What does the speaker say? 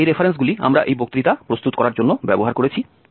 সুতরাং এই রেফারেন্সগুলি আমরা এই বক্তৃতা প্রস্তুত করার জন্য ব্যবহার করেছি